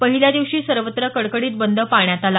पहिल्या दिवशी सर्वत्र कडकडीत बंद पाळण्यात आला